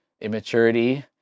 immaturity